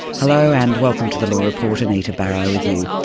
hello and welcome to the law report, anita barraud with you.